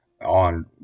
on